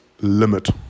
limit